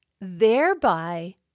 thereby